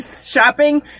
shopping